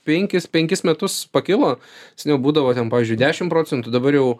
penkis penkis metus pakilo seniau būdavo ten pavyzdžiui dešim procentų dabar jau